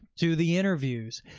to the interviews.